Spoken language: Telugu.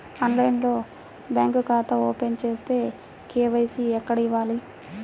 ఆన్లైన్లో బ్యాంకు ఖాతా ఓపెన్ చేస్తే, కే.వై.సి ఎక్కడ ఇవ్వాలి?